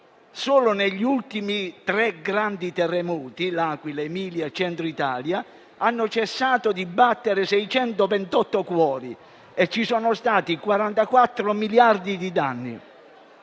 Solo negli ultimi tre grandi terremoti (L'Aquila, Emilia e Centro Italia) hanno cessato di battere 628 cuori e ci sono stati 44 miliardi di danni.